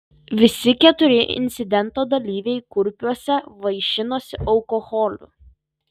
visi keturi incidento dalyviai kurpiuose vaišinosi alkoholiu